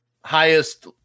highest